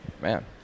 man